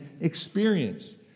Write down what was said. experience